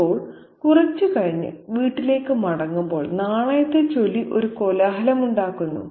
ഇപ്പോൾ കുറച്ച് കഴിഞ്ഞ് "വീട്ടിലേക്ക് മടങ്ങുമ്പോൾ നാണയത്തെച്ചൊല്ലി ഒരു കോലാഹലമുണ്ടാക്കുന്നു